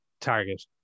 target